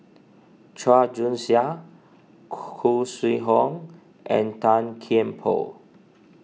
Chua Joon Siang Khoo Sui Hoe and Tan Kian Por